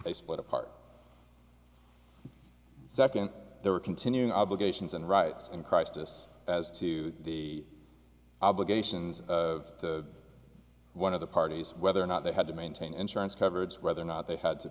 they split apart second there are continuing obligations and rights in crisis as to the obligations of one of the parties whether or not they had to maintain insurance coverage whether or not they